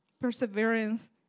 Perseverance